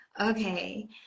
Okay